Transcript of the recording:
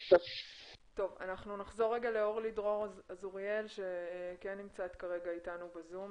אנחנו נחזור לאורלי דרור אזוריאל שכן נמצאת כרגע איתנו בזום,